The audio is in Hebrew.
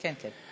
בסדר.